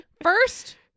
First